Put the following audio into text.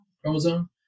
chromosome